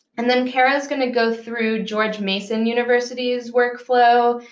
and then kara's going to go through george mason university's workflow,